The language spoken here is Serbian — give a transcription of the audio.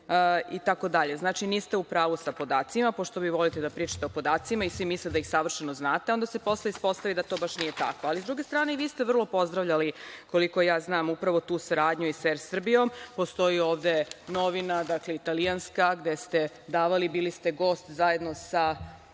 itd. Znači, niste u pravu sa podacima, pošto vi volite da pričate o podacima, i svi misle da ih savršeno znate, onda se posle ispostavi da to baš nije tako. Ali, s druge strane i vi ste vrlo pozdravljali koliko znam upravo tu saradnju sa „Er Srbijom“, postoji ovde novina, dakle, italijanska gde ste davali, bili ste gost zajedno sa,